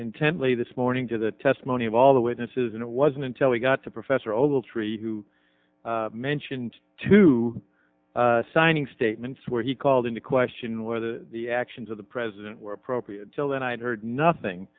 intently this morning to the testimony of all the witnesses and it wasn't until we got to professor ogletree who mentioned to signing statements where he called into question whether the actions of the president were appropriate till then i had heard nothing